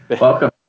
Welcome